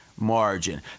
Margin